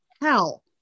hell